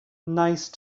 nice